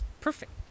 Perfect